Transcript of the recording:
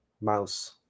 mouse